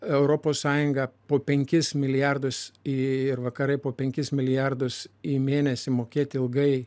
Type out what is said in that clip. europos sąjunga po penkis milijardus ir vakarai po penkis milijardus į mėnesį mokėti ilgai